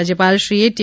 રાજયપાલશ્રીએ T